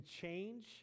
change